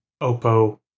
OPPO